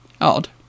odd